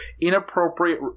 inappropriate